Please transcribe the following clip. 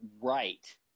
right